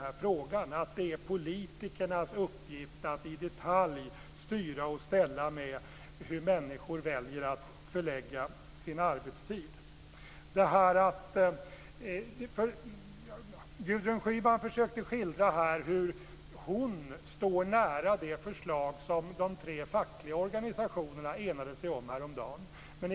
Man menar att det är politikernas uppgift att i detalj styra och ställa med hur människor förlägger sin arbetstid. Gudrun Schyman försökte skildra att hon står nära det förslag som de tre fackliga organisationerna enade sig om häromdagen.